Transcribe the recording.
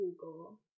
Google